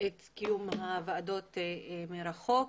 את קיום הוועדות מרחוק.